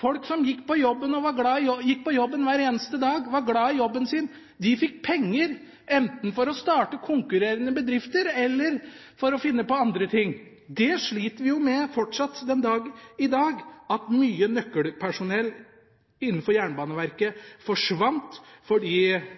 Folk som gikk på jobben hver eneste dag og var glad i jobben sin, fikk penger enten for å starte konkurrerende bedrifter eller for å finne på andre ting. Vi sliter jo fortsatt den dag i dag med at mye nøkkelpersonell innenfor Jernbaneverket forsvant fordi